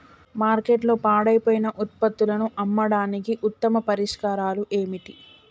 మార్కెట్లో పాడైపోయిన ఉత్పత్తులను అమ్మడానికి ఉత్తమ పరిష్కారాలు ఏమిటి?